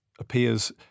appears